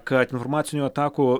kad informacinių atakų